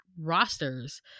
rosters